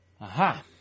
Aha